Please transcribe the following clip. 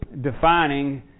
defining